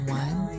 one